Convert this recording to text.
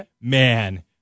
man